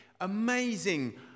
amazing